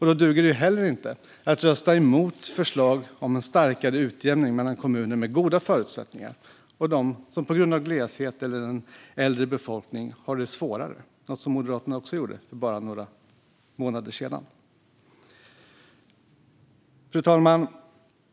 Då duger det heller inte att rösta mot förslag om en starkare utjämning mellan kommuner med goda förutsättningar och kommuner som på grund av gleshet eller en äldre befolkning har det svårare - något som Moderaterna gjorde för bara några månader sedan. Fru talman!